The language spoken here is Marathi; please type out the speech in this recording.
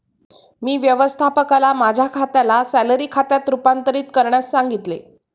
मी व्यवस्थापकाला माझ्या खात्याला सॅलरी खात्यात रूपांतरित करण्यास सांगितले